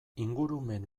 ingurumen